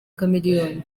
chameleone